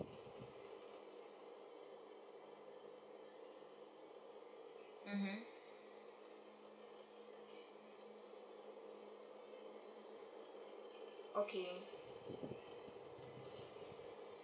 mmhmm okay